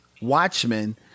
Watchmen